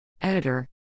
Editor